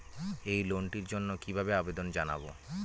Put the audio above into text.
এই লোনটির জন্য কিভাবে আবেদন জানাবো?